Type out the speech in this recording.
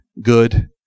good